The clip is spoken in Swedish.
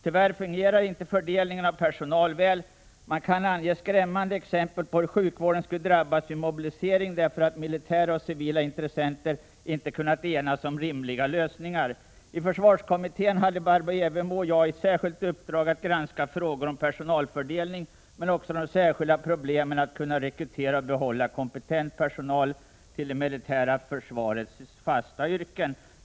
Tyvärr fungerar inte fördelningen av personal väl. Man kan ange skrämmande exempel på hur sjukvården skulle drabbas vid mobilisering därför att militära och civila intressen inte kunnat enas om rimliga lösningar. I försvarskommittén hade Barbro Evermo och jag i särskilt uppdrag att granska frågor om personalfördelning men också de särskilda problemen med att kunna rekrytera och behålla kompetent personal till det militära försvarets fasta yrken.